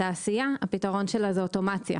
שהם הכניסו אוטומציה,